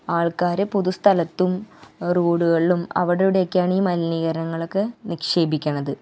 ആള്ക്കാർ പൊതുസ്ഥലത്തും റോഡ്കളിലും അവിടെ ഇവിടയെക്കെയാണീ മലിനീകരണങ്ങളൊക്കെ നിക്ഷേപിക്കുന്നത്